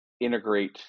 integrate